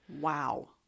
Wow